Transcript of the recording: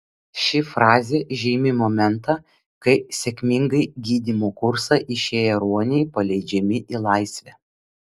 ši frazė žymi momentą kai sėkmingai gydymo kursą išėję ruoniai paleidžiami į laisvę